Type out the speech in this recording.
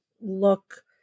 look